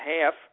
half